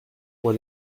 pour